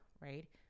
right